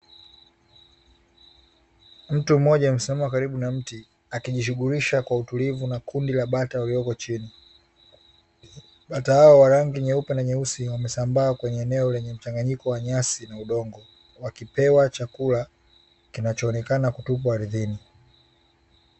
Mtu mmoja amesimama karibu na mti akijishughulisha kwa utulivu na kundi la bata walioko chini, bata hao wa rangi nyeupe na nyeusi wamesambaa kwenye eneo lenye mchanganyiko wa nyasi na udongo wakipewa chakula kinachoonekana kutupwa ardhini.